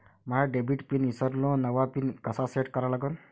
माया debit PIN ईसरलो, नवा PIN कसा सेट करा लागन?